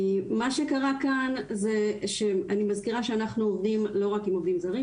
מה שקרה כאן זה שאני מזכירה שאנחנו עובדים לא רק עם עובדים זרים,